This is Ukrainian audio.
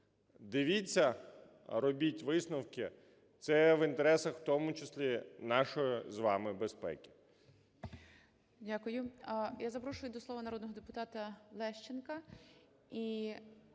Дивіться, робіть висновки. Це в інтересах, в тому числі, нашої з вам безпеки.